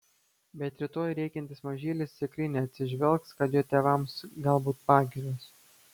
bet rytoj rėkiantis mažylis tikrai neatsižvelgs kad jo tėvams galbūt pagirios